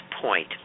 point